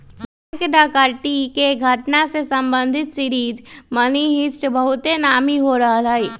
bank डकैती के घटना से संबंधित सीरीज मनी हीस्ट बहुते नामी हो रहल हइ